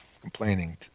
complaining